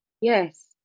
Yes